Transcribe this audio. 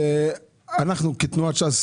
אנחנו כתנועת ש"ס